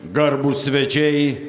garbūs svečiai